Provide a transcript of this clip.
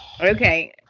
Okay